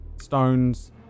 stones